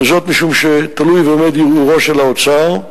וזאת משום שתלוי ועומד ערעורו של האוצר,